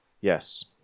Yes